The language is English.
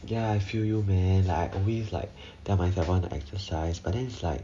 ya I feel you man like I always like tell myself I want to exercise but then it's like